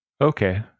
Okay